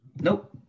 Nope